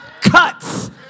cuts